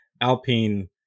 Alpine